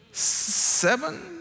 seven